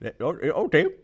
Okay